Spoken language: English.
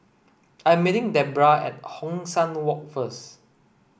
I'm meeting Debbra at Hong San Walk first